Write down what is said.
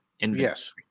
Yes